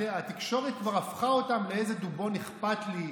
התקשורת כבר הפכה אותם לאיזה דובון אכפת לי,